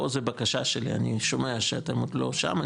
פה אני שומע שאתם עוד לא שם,